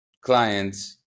clients